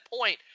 point –